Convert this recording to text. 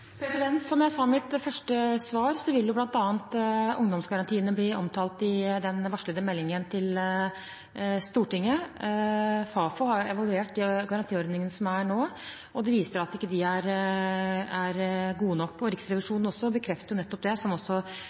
Som jeg sa i mitt første svar, vil bl.a. ungdomsgarantiene bli omtalt i den varslede meldingen til Stortinget. Fafo har evaluert de garantiordningene som er nå, og det viser at de ikke er gode nok. Riksrevisjonen bekrefter også nettopp det, som